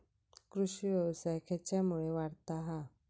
कृषीव्यवसाय खेच्यामुळे वाढता हा?